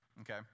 Okay